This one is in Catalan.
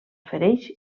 fereix